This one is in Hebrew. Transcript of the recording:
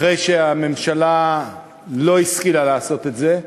אחרי שהממשלה לא השכילה לעשות את זה,